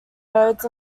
nodes